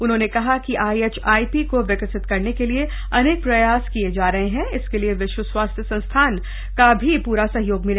उन्होंने कहा कि आईएचआईपी को विकसित करने के लिए अनेक प्रयास किये गये हैं इसके लिए विश्व स्वास्थ्य संगठन का भी प्रा सहयोग मिला